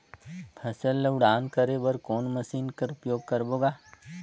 फसल ल उड़ान करे बर कोन मशीन कर प्रयोग करबो ग?